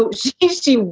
ah she?